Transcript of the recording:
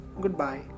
goodbye